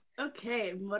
Okay